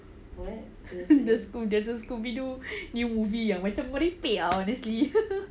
the scoo~ there's the scooby doo new movie yang macam merepek ah honestly